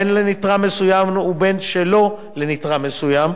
בין לנתרם מסוים ובין שלא לנתרם מסוים.